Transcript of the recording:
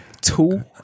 Two